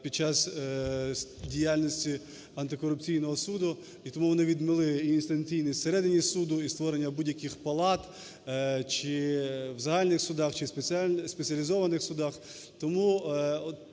під час діяльності антикорупційного суду, і тому вони відмели і інстанційність всередині суду, і створення будь-яких палат чи в загальних судах, чи спеціалізованих судах. Тому